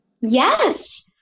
Yes